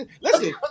listen